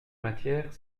matière